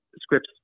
scripts